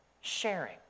sharing